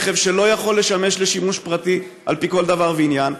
רכב שלא יכול לשמש לשימוש פרטי על פי כל דבר ועניין.